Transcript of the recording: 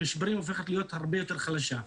במשברים הופכת להיות הרבה יותר חלשה.